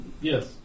Yes